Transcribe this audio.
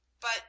But